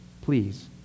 Please